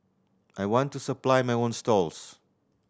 I want to supply my own stalls